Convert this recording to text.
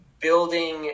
building